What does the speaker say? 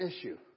issue